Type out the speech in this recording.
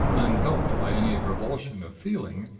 unhelped by any revulsion of feeling,